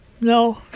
No